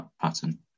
pattern